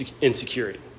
insecurity